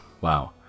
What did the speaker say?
Wow